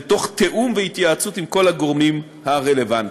ותוך תיאום והתייעצות עם כל הגורמים הרלוונטיים.